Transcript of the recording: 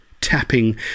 tapping